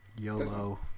YOLO